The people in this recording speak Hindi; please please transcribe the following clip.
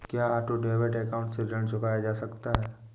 क्या ऑटो डेबिट अकाउंट से ऋण चुकाया जा सकता है?